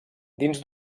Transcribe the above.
dins